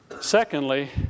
Secondly